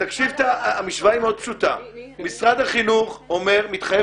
המשוואה היא מאוד פשוטה: משרד החינוך מתחייב